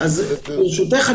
ברשותך,